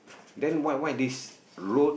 then why why this road